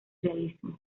realismo